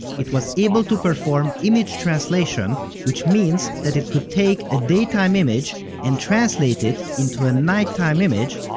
it was able to perform image translation, which means that it could take a daytime image and translate it into a nighttime image,